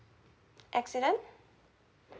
accident